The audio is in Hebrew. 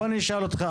בוא נשאל אותך,